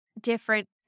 different